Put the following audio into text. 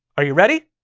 are you ready?